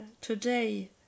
today